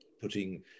putting